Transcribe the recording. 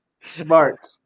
Smart